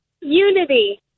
Unity